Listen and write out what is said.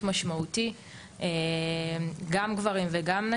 פיקוד זוטר, קורסי מפקדים, אז גם גברים וגם נשים